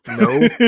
No